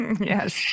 Yes